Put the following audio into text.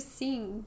sing